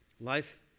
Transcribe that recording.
Life